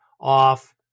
off